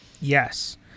Yes